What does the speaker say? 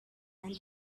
and